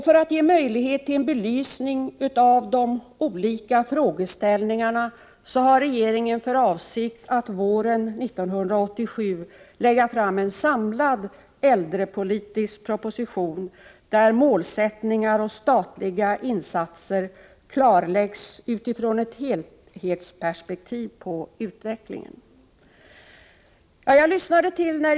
För att ge möjlighet till en belysning av de olika frågeställningarna har regeringen för avsikt att våren 1987 lägga fram en samlad äldrepolitisk proposition, där målsättningar och statliga insatser klarläggs utifrån ett helhetsperspektiv på utvecklingen.